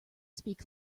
speak